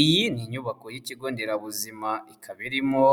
Iyi ni inyubako y'Ikigo Nderabuzima, ikaba irimo